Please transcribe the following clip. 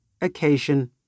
occasion